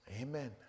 Amen